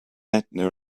edna